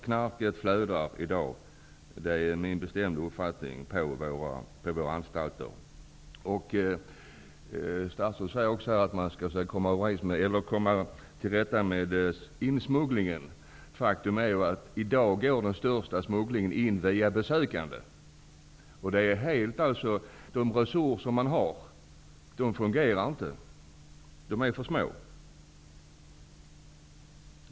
Knarket flödar -- det är min bestämda uppfattning -- på våra anstalter. Statsrådet säger också att man skall försöka att komma till rätta med insmugglingen. Faktum är att den största smugglingen i dag sker via besökande. De resurser man har är för små. Det fungerar inte.